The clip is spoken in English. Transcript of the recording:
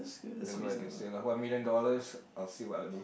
that's all I can say lah one million dollars I will see what I will do